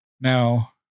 Now